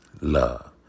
Love